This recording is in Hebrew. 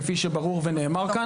כפי שברור ונאמר כאן.